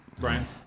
Brian